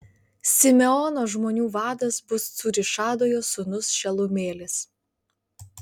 simeono žmonių vadas bus cūrišadajo sūnus šelumielis